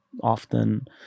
often